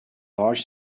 large